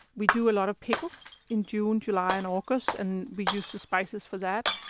we do a lot of pickles in june, july and august, and we use the spices for that.